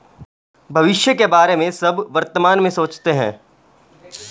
भविष्य के बारे में सब वर्तमान में सोचते हैं